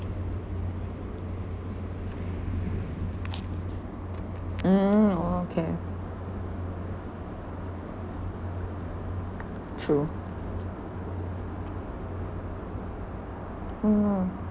mm okay true mm